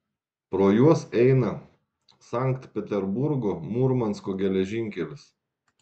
pro juos eina sankt peterburgo murmansko geležinkelis